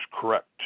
correct